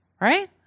Right